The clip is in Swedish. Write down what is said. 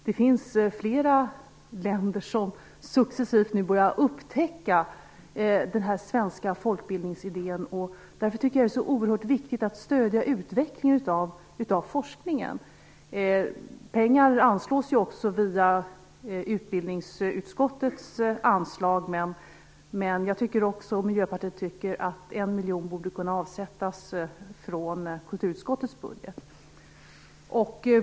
Det finns flera länder som nu successivt börjar upptäcka den svenska folkbildningsidén. Därför tycker jag att det är oerhört viktigt att stödja utvecklingen av forskningen. Pengar anslås också via utbildningsutskottets anslag. Men jag och Miljöpartiet tycker att 1 miljon borde kunna avsättas från kulturutskottets budget.